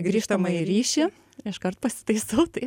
grįžtamąjį ryšį iškart pasitaisau taip